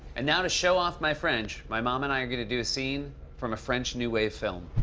and now, to show off my french, my mom and i are gonna do a scene from a french new-wave film.